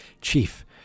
chief